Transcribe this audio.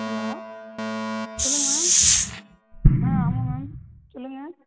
hello சொல்லுங்க ma'am ஆ ஆமாம் மேம் சொல்லுங்க